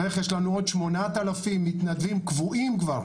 יש לנו עוד 8,000 מתנדבים קבועים כבר,